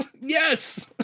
yes